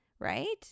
Right